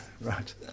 Right